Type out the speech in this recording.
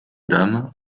dame